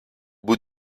bout